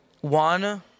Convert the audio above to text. One